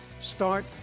Start